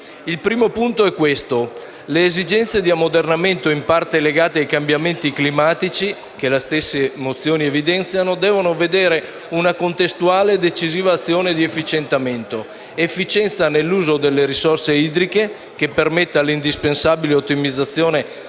Il primo punto è questo. Le esigenze di ammodernamento in parte legate ai cambiamenti climatici che le stesse mozioni evidenziano devono vedere una contestuale azione di efficientamento: efficienza nell’uso delle risorse idriche che permetta l’indispensabile ottimizzazione